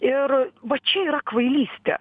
ir va čia yra kvailystė